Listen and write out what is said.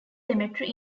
cemetery